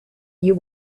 you